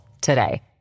today